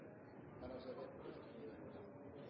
er altså